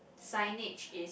signet is